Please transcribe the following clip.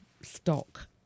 stock